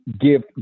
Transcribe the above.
give